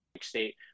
state